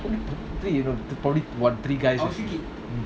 three you know probably what three guys